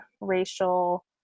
racial